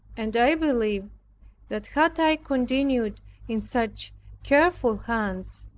and i believe that had i continued in such careful hands,